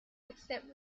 except